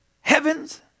heavens